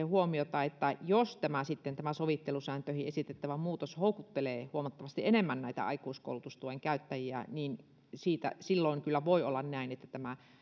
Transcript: huomiota siihen että jos tämä sovittelusääntöihin esitettävä muutos sitten houkuttelee huomattavasti enemmän näitä aikuiskoulutustuen käyttäjiä niin silloin voi kyllä olla näin että tämä